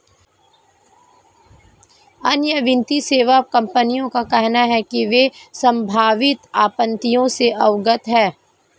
अन्य वित्तीय सेवा कंपनियों का कहना है कि वे संभावित आपत्तियों से अवगत हैं